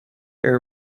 air